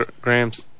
grams